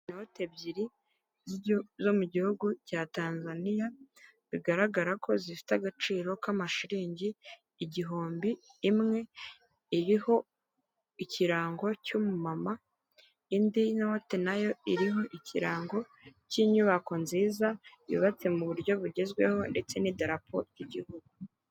Inoti ebyiri zo mu gihugu cya Tanzania bigaragara ko zifite agaciro k'amashiriningi igihumbi imwe iriho ikirango cy'umumama, indi note nayo iriho ikirango cy'inyubako nziza yubatse mu buryo bugezweho ndetse n'iterarapo ry'igihugu.